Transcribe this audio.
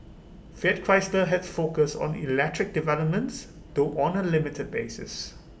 fiat Chrysler has focused on electric developments though on A limited basis